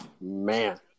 Man